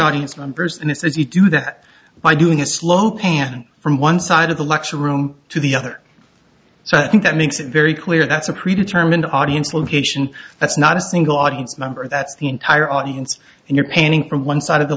audience numbers and it says you do that by doing a slow pan from one side of the lecture room to the other so i think that makes it very clear that's a pre determined audience location that's not a single audience member that's the entire audience and you're painting from one side of the